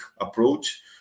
approach